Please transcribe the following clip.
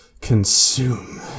Consume